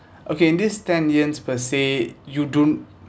okay this ten years per se you don't